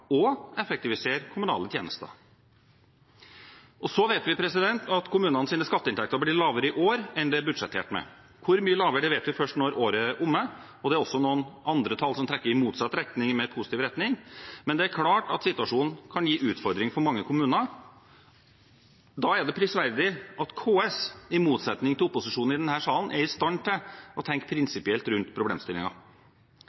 og effektivisere kommunale tjenester. Og så vet vi at kommunenes skatteinntekter blir lavere i år enn det er budsjettert med. Hvor mye lavere vet vi først når året er omme. Det er også noen andre tall som trekker i motsatt retning, mer positiv retning, men det er klart at situasjonen kan gi utfordringer for mange kommuner. Da er det prisverdig at KS, i motsetning til opposisjonen i denne salen, er i stand til å tenke